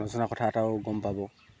নজনা কথা এটাও গম পাব